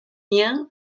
mir